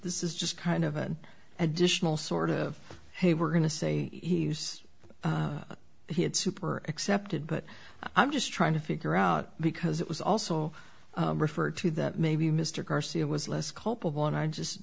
this is just kind of an additional sort of hey we're going to say he use he had super accepted but i'm just trying to figure out because it was also referred to that maybe mr garcia was less culpable and i just